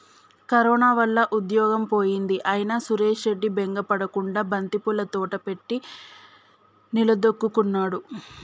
corona వల్ల ఉద్యోగం పోయింది అయినా సురేష్ రెడ్డి బెంగ పడకుండా బంతిపూల తోట పెట్టి నిలదొక్కుకున్నాడు